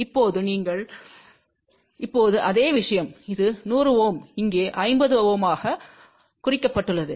இப்போது நீங்கள் இப்போது அதே விஷயம் இது 100 Ω இங்கே 50 ஆக குறிக்கப்பட்டுள்ளது